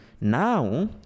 Now